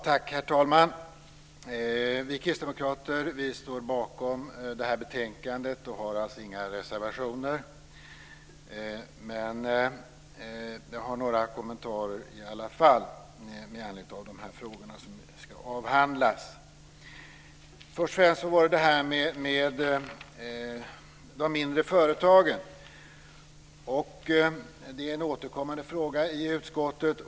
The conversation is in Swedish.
Herr talman! Vi kristdemokrater står bakom betänkandet och har alltså inga reservationer. Men jag har några kommentarer i alla fall med anledning av de frågor som ska avhandlas. Först och främst gäller det de mindre företagen. Det är en återkommande fråga i utskottet.